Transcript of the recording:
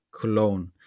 Cologne